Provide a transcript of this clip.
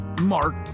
Mark